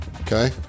Okay